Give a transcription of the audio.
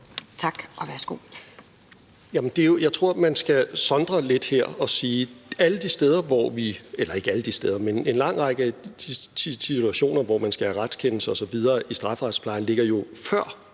Tak, og værsgo.